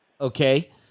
Okay